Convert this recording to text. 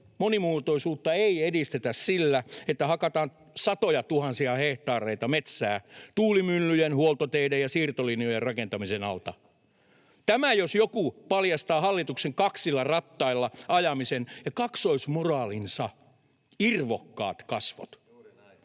monimuotoisuutta ei edistetä sillä, että hakataan satojatuhansia hehtaareita metsää tuulimyllyjen, huoltoteiden ja siirtolinjojen rakentamisen alta. Tämä jos mikä paljastaa hallituksen kaksilla rattailla ajamisen ja kaksoismoraalin irvokkaat kasvot.